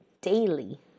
daily